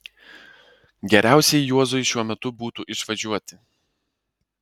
geriausiai juozui šiuo metu būtų išvažiuoti